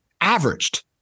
Averaged